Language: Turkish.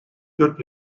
dört